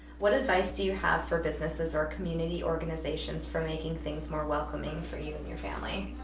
what advice do you have for businesses or community organizations for making things more welcoming for you and your family?